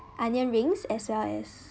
onion rings as well as